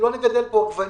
אם לא נגדל פה עגבניות